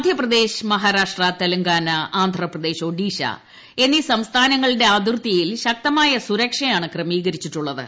മധ്യപ്രദേശ് മഹാരാഷ്ട്ര തെലങ്കാന ആന്ധ്രാപ്രദേശ് ഒഡീഷ എന്നീ സംസ്ഥാനങ്ങളുടെ അതിർത്തിയിൽ ശക്തമായ സുരക്ഷയാണ് ക്രമീകരിച്ചിട്ടുള്ളത്